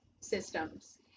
systems